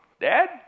Dad